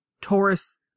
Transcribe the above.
Taurus